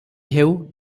ହେଉ